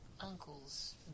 uncle's